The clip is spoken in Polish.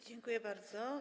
Dziękuję bardzo.